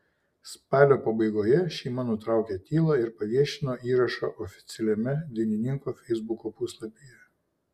spalio pabaigoje šeima nutraukė tylą ir paviešino įrašą oficialiame dainininko feisbuko puslapyje